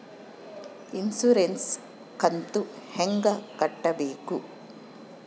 Insurance ಕಂತು ಹೆಂಗ ಕಟ್ಟಬೇಕು?